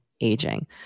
aging